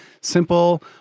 simple